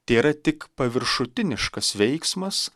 tėra tik paviršutiniškas veiksmas